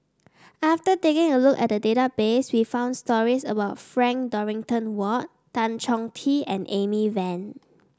after taking a look at the database we found stories about Frank Dorrington Ward Tan Chong Tee and Amy Van